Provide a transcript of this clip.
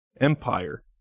Empire